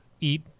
eat